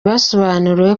basobanuriwe